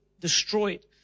destroyed